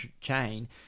chain